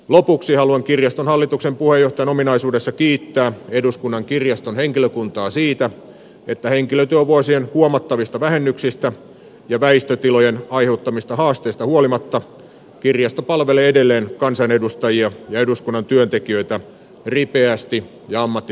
lopuksi haluan kirjaston hallituksen puheenjohtajan ominaisuudessa kiittää eduskunnan kirjaston henkilökuntaa siitä että henkilötyövuo sien huomattavista vähennyksistä ja väistötilojen aiheuttamista haasteista huolimatta kirjasto palvelee edelleen kansanedustajia ja eduskunnan työntekijöitä ripeästi ja ammattitaidolla